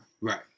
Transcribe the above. Right